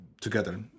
together